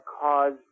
cause